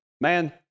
Man